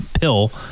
pill